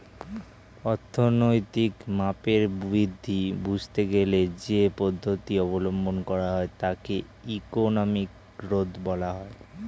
অর্থনৈতিক মাপের বৃদ্ধি বুঝতে গেলে যেই পদ্ধতি অবলম্বন করা হয় তাকে ইকোনমিক গ্রোথ বলা হয়